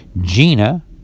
Gina